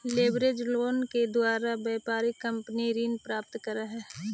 leverage loan के द्वारा व्यापारिक कंपनी ऋण प्राप्त करऽ हई